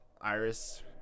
Iris